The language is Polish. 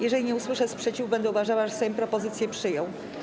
Jeżeli nie usłyszę sprzeciwu, będę uważała, że Sejm propozycję przyjął.